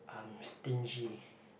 I'm stingy